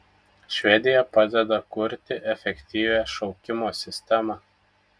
švedija padeda kurti efektyvią šaukimo sistemą